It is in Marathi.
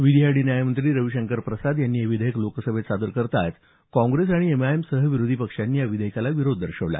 विधी आणि न्यायमंत्री रविशंकर प्रसाद यांनी हे विधेयक लोकसभेत सादर करताच काँग्रेस आणि एमआयएमसह विरोधी पक्षांनी या विधेयकाला विरोध दर्शवला